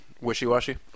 wishy-washy